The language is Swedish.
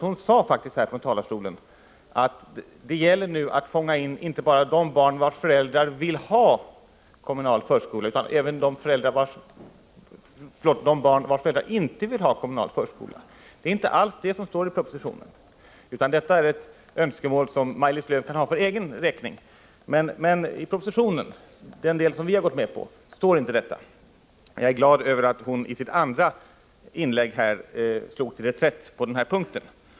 Hon sade faktiskt att det gäller att fånga in inte bara de barn vilkas föräldrar vill ha kommunal förskola utan även de vilkas föräldrar inte vill ha kommunal förskola. Det är inte alls vad som står i propositionen, utan det är ett önskemål som Maj-Lis Lööw kan ha för egen räkning. I den del av propositionen som vi har gått med på står inte detta. Jag är glad över att hon i sitt andra inlägg slog till reträtt på den här punkten.